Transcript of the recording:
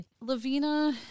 Lavina